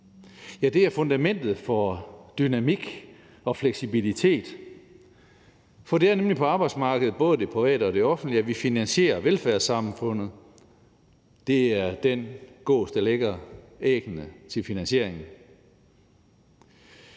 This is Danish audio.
– er fundamentet for dynamik og fleksibilitet. For det er nemlig på arbejdsmarkedet – både det private og det offentlige – at vi finansierer velfærdssamfundet. Det er den gås, der lægger æggene til finansieringen.